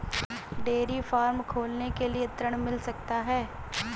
Dairy farm खोलने के लिए ऋण मिल सकता है?